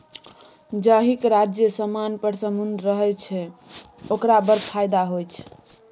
जाहिक राज्यक सीमान पर समुद्र रहय छै ओकरा बड़ फायदा होए छै